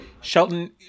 Shelton